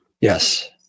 Yes